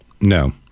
No